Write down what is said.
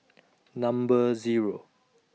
Number Zero